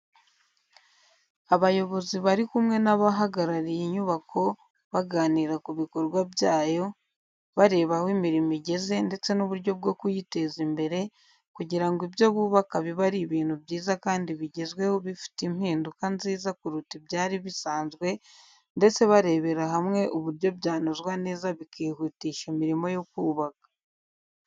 Abayobozi bari kumwe n’abahagarariye inyubako baganira ku bikorwa byayo, bareba aho imirimo igeze ndetse n’uburyo bwo kuyiteza imbere kugira ngo ibyo bubaka bibe ari ibintu byiza kandi bigezweho bifite impinduka nziza kuruta ibyari bisanzwe ndetse barebera hamwe uburyo byanozwa neza bikihutisha imiroimo yo kubaka.